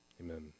Amen